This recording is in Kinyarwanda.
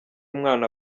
umwana